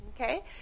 Okay